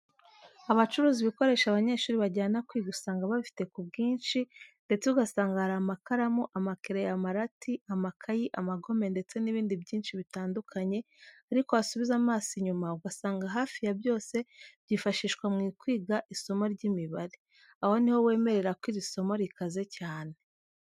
Abacuruza ibikoresho abanyeshuri bajyana kwiga usanga babifite ku bwinshi ndetse ugasanga hari amakaramu, amakereyo, amarati, amakayi, amagome ndetse n'ibindi binshi bitandukanye, ariko wasubiza amaso inyuma ugasanga hafi ya byose byifashishwa mu kwiga isomo ry'imibare. Aho ni ho wemerera ko iri somo rikaze cyane.